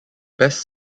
best